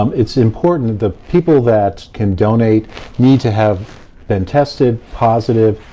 um it's important, the people that can donate need to have been tested positive,